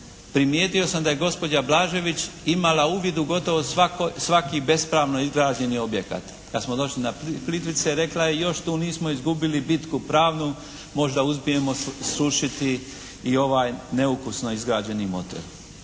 primijetio sam da je gospođa Blažević imala uvid u gotovo svaki bespravno izgrađeni objekat. Kad smo došli na Plitvice rekla je još tu nismo izgubili bitku pravnu, možda uspijemo srušiti i ovaj neukusno izgrađeni motel.